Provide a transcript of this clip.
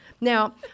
Now